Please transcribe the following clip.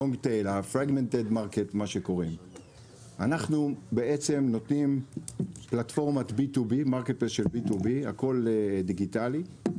אנחנו נותנים פלטפורמת Be to be הכול דיגיטלי,